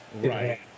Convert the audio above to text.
Right